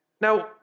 Now